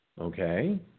okay